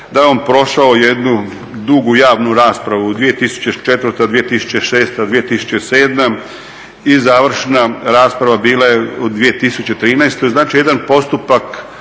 da je on prošao jednu dugu javnu raspravu 2004., 2006., 2007.i završna rasprava bila je u 2013., znači jedan postupak